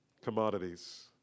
commodities